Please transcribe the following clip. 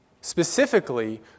specifically